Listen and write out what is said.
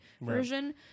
version